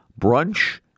brunch